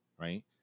right